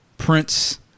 prince